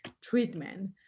treatment